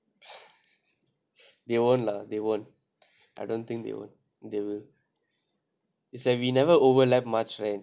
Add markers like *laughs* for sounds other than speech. *laughs* they won't lah they won't I don't think they will they will it's like we never overlap much right